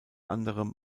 anderem